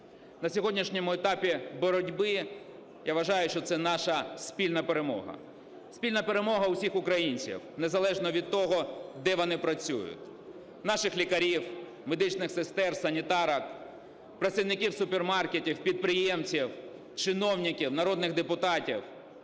На сьогоднішньому етапі боротьби, я вважаю, що це наша спільна перемога. Спільна перемога усіх українців, незалежно від того, де вони працюють: наших лікарів, медичних сестер, санітарок, працівників супермаркетів, підприємців, чиновників, народних депутатів